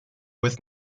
with